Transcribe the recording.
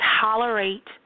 tolerate